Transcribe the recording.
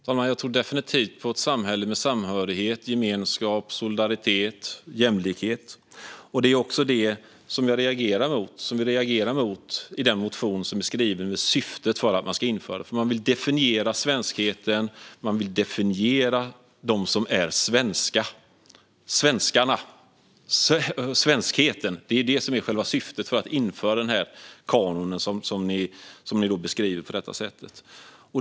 Fru talman! Jag tror definitivt på ett samhälle med samhörighet, gemenskap, solidaritet och jämlikhet. Det är därför jag reagerar mot - och vi reagerar mot - motionen om att införa detta i syfte att definiera svenskheten och dem som är svenska. Det är svenskarna och svenskheten som är själva syftet med att införa den kanon som ni beskriver på detta sätt.